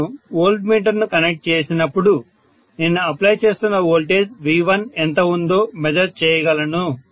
నేను వోల్టమీటర్ను కనెక్ట్ చేసినప్పుడు నేను అప్లై చేస్తున్న వోల్టేజ్ V1 ఎంత ఉందో మెజర్ చేయగలను